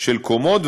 של קומות.